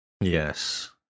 Yes